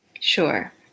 Sure